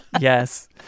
Yes